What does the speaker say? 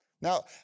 Now